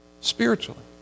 spiritually